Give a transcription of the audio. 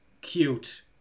Cute